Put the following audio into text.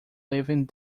living